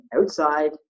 outside